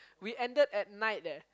we ended at night leh